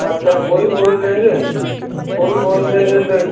अच्छा पूरी बोरी लेंगे पूरी बोरी लेंगे तो